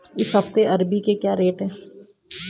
इस हफ्ते अरबी के क्या रेट हैं?